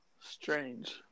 Strange